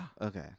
Okay